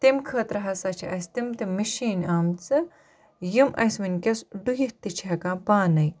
تَمہِ خٲطرٕ ہَسا چھِ اَسہِ تِم تِم مِشیٖن آمژٕ یِم اَسہِ وٕنۍکٮ۪س ڈُہِتھ تہِ چھِ ہٮ۪کان پانَے